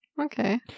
Okay